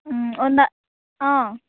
ಹ್ಞೂ ಒಂದೇ ಹಾಂ